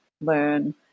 Learn